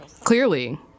clearly